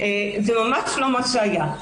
זה ממש לא מה שהיה,